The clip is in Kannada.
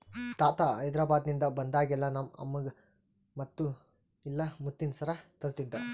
ತಾತ ಹೈದೆರಾಬಾದ್ನಿಂದ ಬಂದಾಗೆಲ್ಲ ನಮ್ಮ ಅಮ್ಮಗ ಮುತ್ತು ಇಲ್ಲ ಮುತ್ತಿನ ಸರ ತರುತ್ತಿದ್ದ